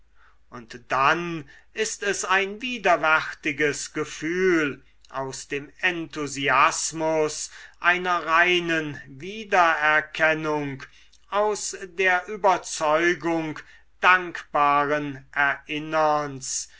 und dann ist es ein widerwärtiges gefühl aus dem enthusiasmus einer reinen wiedererkennung aus der überzeugung dankbaren erinnerns